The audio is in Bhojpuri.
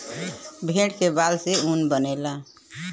भेड़ के बाल से ऊन बनेला